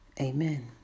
Amen